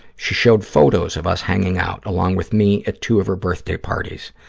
she showed photos of us hanging out along with me at two of her birthday parties.